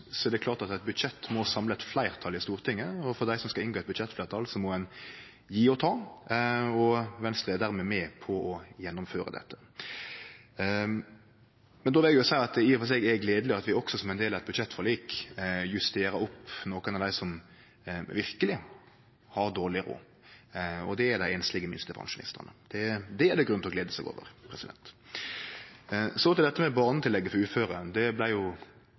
er det klart at eit budsjett må samle eit fleirtal i Stortinget, og dei som skal inngå i eit budsjettfleirtal, må gje og ta. Venstre er dermed med på å gjennomføre dette. Då vil eg seie at det i og for seg er gledeleg at vi også som ein del av eit budsjettforlik justerer opp nokon av dei som verkeleg har dårleg råd. Det er dei einslege minstepensjonistane. Det er det grunn til å glede seg over. Så til dette med barnetillegget for uføre. Det